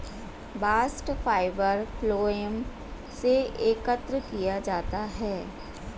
bast fibre phloem से एकत्र किया जाता है